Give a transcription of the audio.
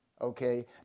okay